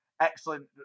excellent